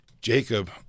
Jacob